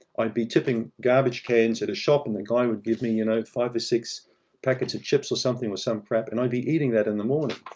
i'd be tipping garbage cans at a shop, and the guy would give me you know five or six packets of chips or something, or some crap, and i'd be eating that in the morning,